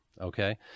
okay